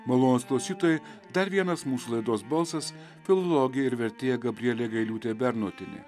malonūs klausytojai dar vienas mūsų laidos balsas filologė ir vertėja gabrielė gailiūtė bernotienė